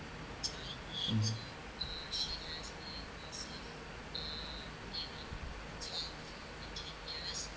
um